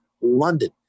London